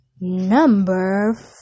Number